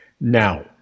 now